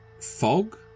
fog